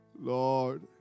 Lord